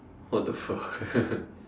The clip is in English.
what the fuck